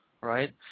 right